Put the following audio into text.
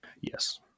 Yes